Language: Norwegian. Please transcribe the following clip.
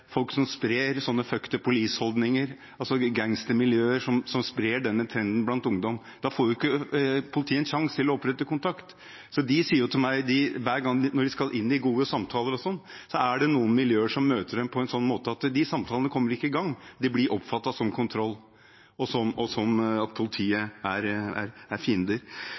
folk som sprer sånne «fuck the police»-holdninger, altså gangstermiljøer som sprer denne trenden blant ungdom. Da får ikke politiet en sjanse til å opprette kontakt. De sier til meg at hver gang de skal inn i gode samtaler, er det noen miljøer som møter dem på en sånn måte at samtalene ikke kommer i gang, fordi det blir oppfattet som kontroll og som at politiet er fiender. Det Oslo-politiet har bedt meg om, er at vi politikere og vi som er